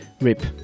rip